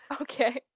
Okay